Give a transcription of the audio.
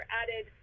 added